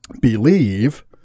believe